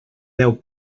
deu